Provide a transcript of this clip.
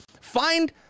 find